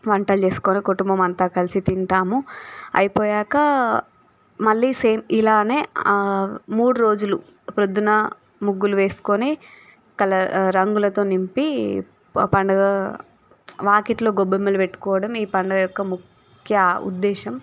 వంటలు చేసుకోని కుటుంబం అంతా కలిసి తింటాము అయిపోయాక మళ్ళీ సేమ్ ఇలాగే మూడు రోజులు ప్రొద్దున ముగ్గులు వేసుకోని కలర్ రంగులతో నింపి పండుగా వాకిట్లో గొబ్బెమ్మలు పెట్టుకోవడం ఈ పండగ యొక్క ముఖ్య ఉద్దేశం